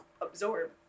absorb